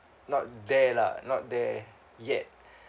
not there lah not there yet